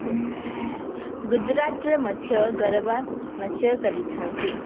ଗୁଜୁରାଟରେ ମଧ୍ୟ ଗରବା ନାଚ କରିଥାନ୍ତି